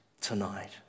tonight